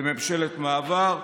בממשלת מעבר.